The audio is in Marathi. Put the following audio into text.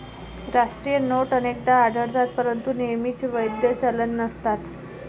राष्ट्रीय नोट अनेकदा आढळतात परंतु नेहमीच वैध चलन नसतात